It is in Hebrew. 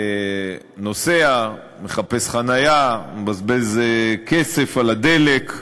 נוסע, מחפש חניה, מבזבז כסף על הדלק,